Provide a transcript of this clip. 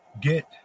Get